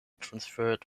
transferred